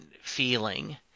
feeling